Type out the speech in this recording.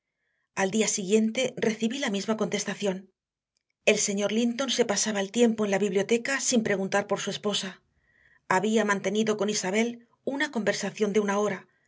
al día siguiente recibí la misma contestación el señor linton se pasaba el tiempo en la biblioteca sin preguntar por su esposa había mantenido con isabel una conversación de una hora